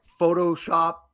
photoshop